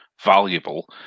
valuable